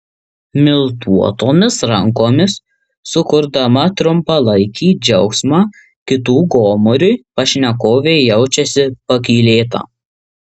miltuotomis rankomis sukurdama trumpalaikį džiaugsmą kitų gomuriui pašnekovė jaučiasi pakylėta